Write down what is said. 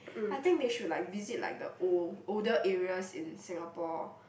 I think they should like visit like the old older areas in Singapore